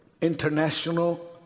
International